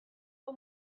hau